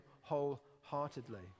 wholeheartedly